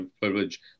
privilege